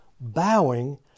bowing